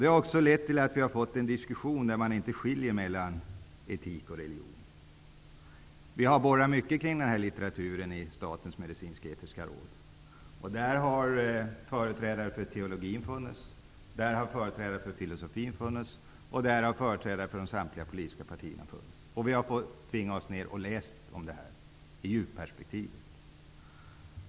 Det har också lett till att vi har fått en diskussion där man inte skiljer mellan etik och religion. Vi i Statens medicinsk-etiska råd har borrat mycket i litteraturen på detta område. Företrädare för teologin och filosofin och för samtliga politiska partier var med. Vi tvingades alltså läsa om det här i ett djupperspektiv.